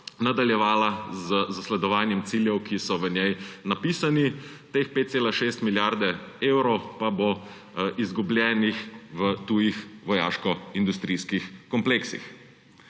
nadaljevala z zasledovanjem ciljev, ki so v njej napisani, teh 5,6 milijarde evrov pa bo izgubljenih v tujih vojaškoindustrijskih kompleksih.